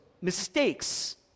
mistakes